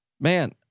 man